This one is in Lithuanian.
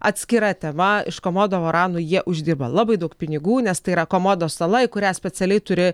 atskira tema iš komodo varanų jie uždirba labai daug pinigų nes tai yra komodo sala į kurią specialiai turi